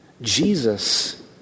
Jesus